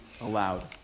allowed